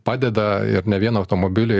padeda ir ne vieną automobilį